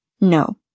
No